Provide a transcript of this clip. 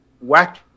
whack